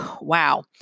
wow